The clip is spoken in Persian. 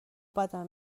بدم